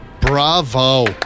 Bravo